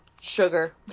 Sugar